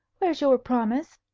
where's your promise?